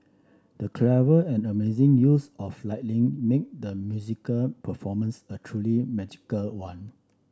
the clever and amazing use of lighting made the musical performance a truly magical one